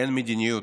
אין מדיניות.